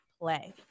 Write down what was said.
play